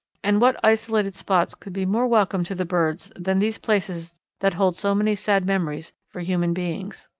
and what isolated spots could be more welcome to the birds than these places that hold so many sad memories for human beings?